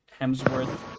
Hemsworth